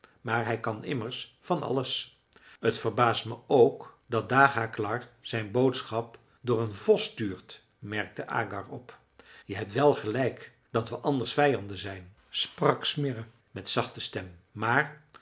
maar hij kan immers van alles t verbaast me ook dat dagaklar zijn boodschap door een vos stuurt merkte agar op je hebt wel gelijk dat we anders vijanden zijn sprak smirre met zachte stem maar